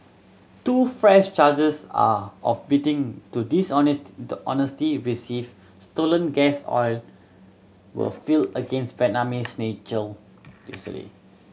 two fresh charges are of to the honesty receive stolen gas oil were filed against Vietnamese national yesterday